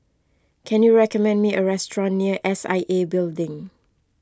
can you recommend me a restaurant near S I A Building